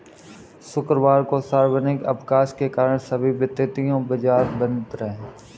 शुक्रवार को सार्वजनिक अवकाश के कारण सभी वित्तीय बाजार बंद रहे